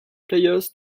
players